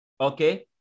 Okay